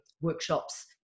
workshops